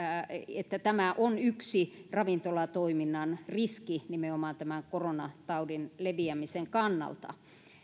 että tämä on yksi ravintolatoiminnan riski nimenomaan koronataudin leviämisen kannalta